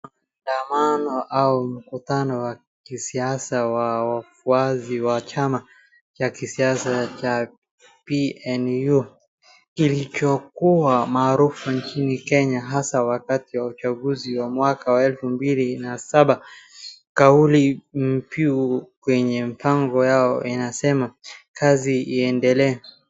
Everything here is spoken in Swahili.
Mandamano au mkutano wa kisiasa wa wafuasi wa chama cha kisiasa cha PNU kilichokuwa maarufu nchini Kenya hasa wakati wa uchaguzi wa mwaka wa elfu mbili na saba. Kauli mbiu kwenye mpango yao inasema: Kazi iendelee.